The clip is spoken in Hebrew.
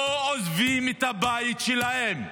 הדרוזים לא עוזבים את הבית שלהם.